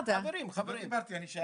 גברתי יושבת-ראש הוועדה,